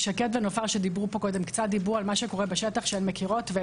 שקד ונופר שדיברו כאן קודם קצת דיברו על מה שקורה בשטח לפי היכרותן.